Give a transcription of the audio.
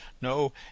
no